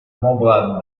membrane